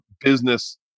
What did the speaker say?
business